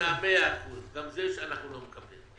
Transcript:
מה-100 אחוזים וגם את זה אנחנו לא מקבלים.